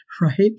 right